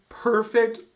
Perfect